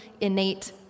innate